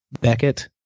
Beckett